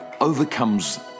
overcomes